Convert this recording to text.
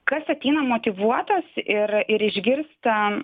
kas ateina motyvuotas ir ir išgirsta